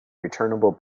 returnable